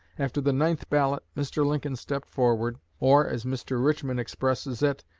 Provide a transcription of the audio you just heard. after the ninth ballot, mr. lincoln stepped forward or, as mr. richmond expresses it,